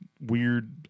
weird